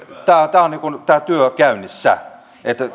niin että tämä työ on käynnissä